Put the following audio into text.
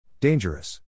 Dangerous